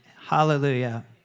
Hallelujah